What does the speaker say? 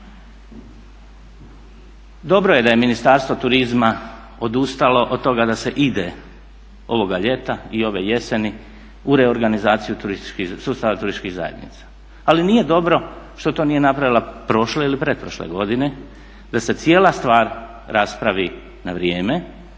Dobro je da je Ministarstvo turizma odustalo od toga da se ide ovoga ljeta i ove jeseni u reorganizaciju sustava turističkih zajednica, ali nije dobro što to nije napravila prošle ili pretprošle godine da se cijela stvar raspravi na vrijeme